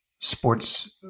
Sports